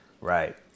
Right